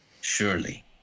Surely